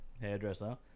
hairdresser